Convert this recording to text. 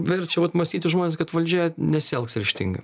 verčia vat mąstyti žmones kad valdžia nesielgs ryžtingai